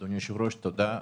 אדוני היושב-ראש, תודה,